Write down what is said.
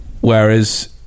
whereas